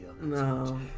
No